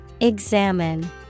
Examine